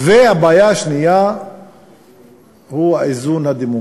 והבעיה השנייה היא האיזון הדמוגרפי.